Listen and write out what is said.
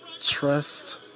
Trust